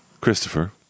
Christopher